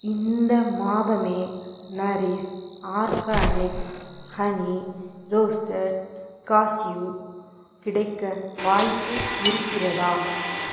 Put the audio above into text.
இந்த மாதமே Nourish Organics honey roasted cashew கிடைக்க வாய்ப்பு இருக்கிறதா